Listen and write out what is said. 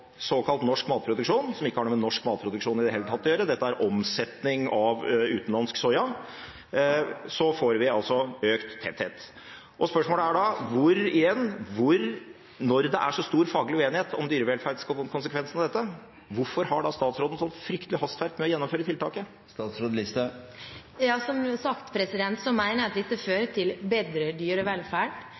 såkalt norsk matproduksjon – som ikke har noe med norsk matproduksjon i det hele tatt å gjøre, dette er omsetning av utenlandsk soya – altså får økt tetthet. Spørsmålet er da igjen: Når det er så stor faglig uenighet om dyrevelferdskonsekvensene av dette, hvorfor har da statsråden sånt fryktelig hastverk med å gjennomføre tiltaket? Som sagt mener jeg at dette fører til bedre dyrevelferd. Og